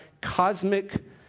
cosmic